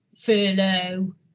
furlough